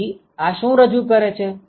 તેથી આ શું રજુ કરે છે